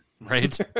Right